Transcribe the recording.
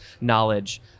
knowledge